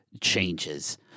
changes